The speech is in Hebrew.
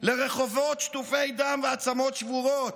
לרחובות שטופי דם ועצמות שבורות,